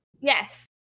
Yes